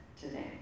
Today